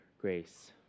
grace